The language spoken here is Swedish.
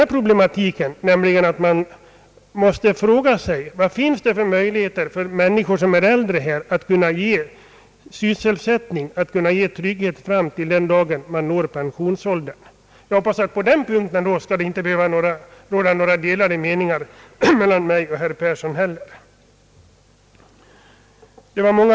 Här om någonsin måste man väl fråga sig, vad det finns för möjligheter för äldre människor att få sysselsättning i dag och trygghet den dag de når pensionsåldern. Jag hoppas att det på den punkten inte skall behöva råda några delade meningar mellan herr Persson och mig.